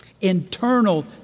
Internal